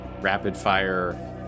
rapid-fire